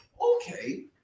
Okay